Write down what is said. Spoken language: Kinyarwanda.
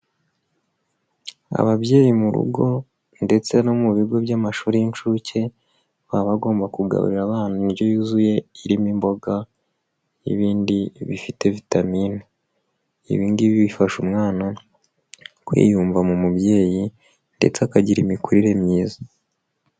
Ababyeyi mu rugo ndetse no mu bigo by'amashuri y'inshuke baba agomba kugaburira abana indyo yuzuye irimo imboga n'ibindi bifite vitamini, ibi ngibi bifasha umwana kwiyumva mu mubyeyi ndetse akagira imikurire myiza.